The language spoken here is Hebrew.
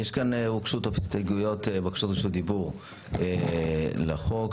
הוגשו הסתייגויות ובקשות רשות דיבור לחוק,